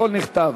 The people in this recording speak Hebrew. הכול נכתב.